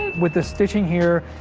with the stitching here,